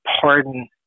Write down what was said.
pardon